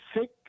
sick